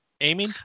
Aiming